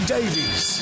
Davies